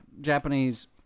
Japanese